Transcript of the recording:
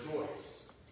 rejoice